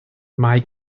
mae